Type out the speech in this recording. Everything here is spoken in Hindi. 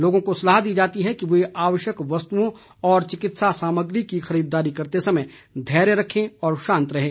लोगों को सलाह दी जाती है कि वे आवश्यक वस्तुओं और चिकित्सा सामग्री की खरीददारी करते समय धैर्य रखें और शांत रहें